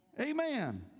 amen